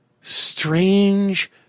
strange